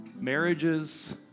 marriages